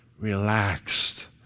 relaxed